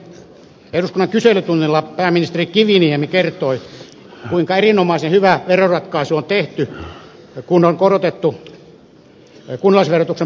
eilen eduskunnan kyselytunnilla pääministeri kiviniemi kertoi kuinka erinomaisen hyvä veroratkaisu on tehty kun on korotettu kunnallisverotuksen perusvähennystä